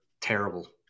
terrible